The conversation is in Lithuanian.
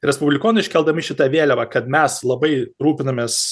respublikonai iškeldami šitą vėliavą kad mes labai rūpinamės